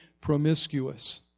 promiscuous